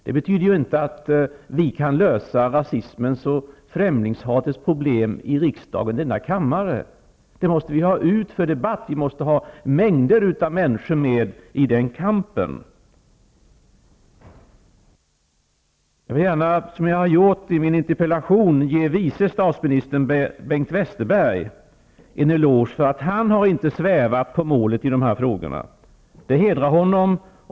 Det betyder inte att vi kan lösa rasismens och främlingshatets problem här i kammaren -- det måste vi ha ut till debatt. Vi måste ha mängder av människor med i den kampen. Jag vill gärna, som jag har gjort i min interpellation, ge vice statsminister Bengt Westerberg en eloge för att han inte har svävat på målet i de här frågorna. Det hedrar honom.